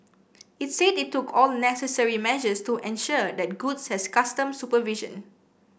it said it took all necessary measures to ensure that goods had customs supervision